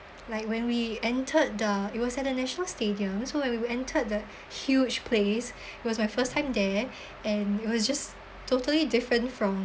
like when we entered the it was at the national stadium so when we entered the huge place it was my first time there and it was just totally different from